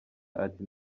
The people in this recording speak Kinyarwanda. ati